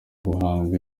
guhanga